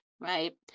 Right